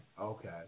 okay